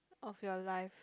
of your life